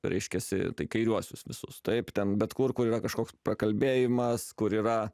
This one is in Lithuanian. reiškiasi tai kairiuosius visus taip ten bet kur kur yra kažkoks pakalbėjimas kur yra